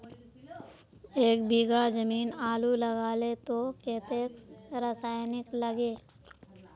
एक बीघा जमीन आलू लगाले तो कतेक रासायनिक लगे?